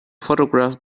photograph